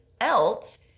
else